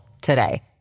today